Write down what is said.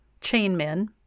chainmen